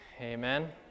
Amen